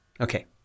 Okay